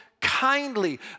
kindly